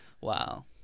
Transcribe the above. Wow